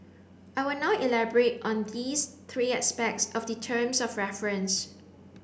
I will now elaborate on these three aspects of the terms of reference